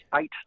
eight